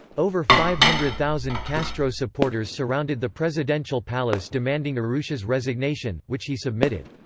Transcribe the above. over five hundred thousand castro-supporters surrounded the presidential palace demanding urrutia's resignation, which he submitted.